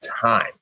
time